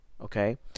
okay